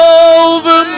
over